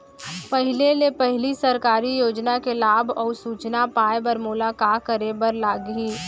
पहिले ले पहिली सरकारी योजना के लाभ अऊ सूचना पाए बर मोला का करे बर लागही?